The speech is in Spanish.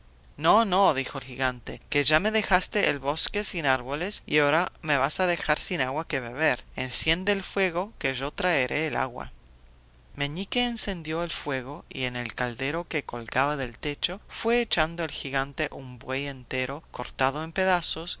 agua no no dijo el gigante que ya me dejaste el bosque sin árboles y ahora me vas a dejar sin agua que beber enciende el fuego que yo traeré el agua meñique encendió el fuego y en el caldero que colgaba del techo fue echando el gigante un buey entero cortado en pedazos y